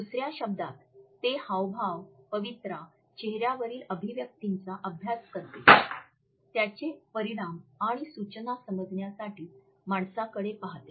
दुसऱ्या शब्दांत ते हावभाव पवित्रा चेहऱ्यावरील अभिव्यक्तीचा अभ्यास करते त्याचे परिणाम आणि सूचना समजण्यासाठी माणसाकडे पाहते